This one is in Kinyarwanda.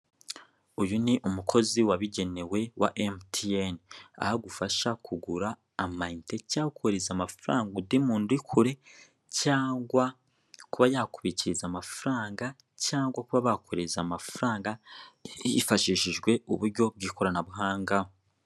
Uyu ni umukozi wabigenewe wa MTN, aho agufasha kugura amayinite cyangwa kohereza amafaranga undi muntu uri kure cyangwa kuba yakubikiriza amafaranga cyangwa kuba bakoherereza amafaranga hifashishijwe uburyo bw'ikoranabuhanga.